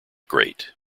great